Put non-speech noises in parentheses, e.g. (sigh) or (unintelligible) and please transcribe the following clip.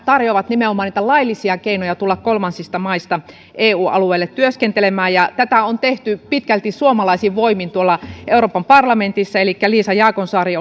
tarjoaa nimenomaan niitä laillisia keinoja tulla kolmansista maista eu alueelle työskentelemään ja tätä on tehty pitkälti suomalaisin voimin tuolla euroopan parlamentissa elikkä liisa jaakonsaari (unintelligible)